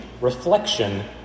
reflection